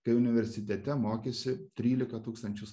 kai universitete mokėsi trylika tūkstančių